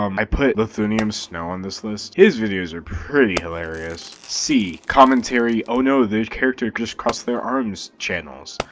um i put lithunium snow on this list. his videos are pretty hilarious. c commentary oh no, the character just crossed their arms channels.